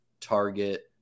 target